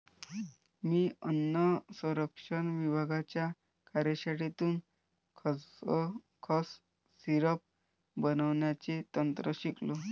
मी अन्न संरक्षण विभागाच्या कार्यशाळेतून खसखस सिरप बनवण्याचे तंत्र शिकलो